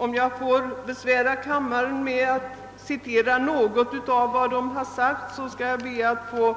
Jag ber att få besvära kammaren med några citat.